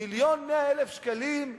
מיליון ו-100,000 שקלים,